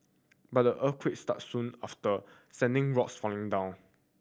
but the earthquake struck soon after sending rocks falling down